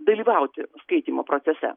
dalyvauti skaitymo procese